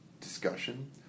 discussion